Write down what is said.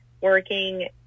working